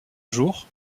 jour